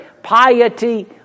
Piety